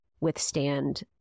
withstand